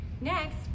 Next